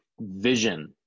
vision